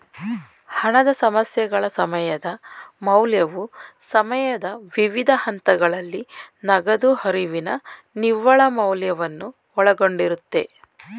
ಹಣದ ಸಮಸ್ಯೆಗಳ ಸಮಯದ ಮೌಲ್ಯವು ಸಮಯದ ವಿವಿಧ ಹಂತಗಳಲ್ಲಿ ನಗದು ಹರಿವಿನ ನಿವ್ವಳ ಮೌಲ್ಯವನ್ನು ಒಳಗೊಂಡಿರುತ್ತೆ